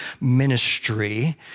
ministry